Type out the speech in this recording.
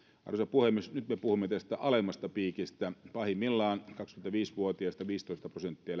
arvoisa puhemies nyt me puhumme tästä alemmasta piikistä pahimmillaan kaksikymmentäviisi vuotiaista viisitoista prosenttia elää köyhyysrajan